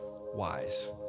wise